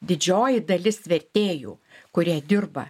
didžioji dalis vertėjų kurie dirba